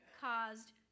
caused